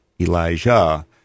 elijah